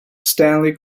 stanley